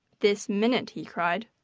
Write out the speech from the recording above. this minute! he cried.